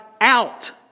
out